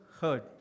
heard